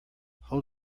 hold